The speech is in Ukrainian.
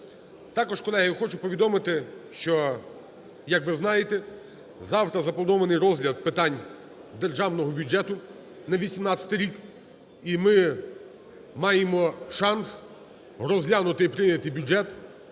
Також, колеги, я хочу повідомити, що, як ви знаєте, завтра запланований розгляд питань Державного бюджету на 2018 рік, і ми маємо шанс розглянути і прийняти бюджет